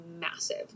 massive